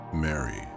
Mary